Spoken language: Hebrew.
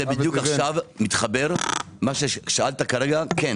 זה מתחבר מה ששאלת כן,